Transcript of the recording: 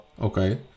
Okay